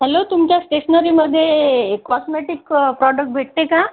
hello तुमच्या स्टेशनरीमध्ये cosmetic product भेटते का